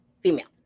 female